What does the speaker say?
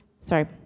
sorry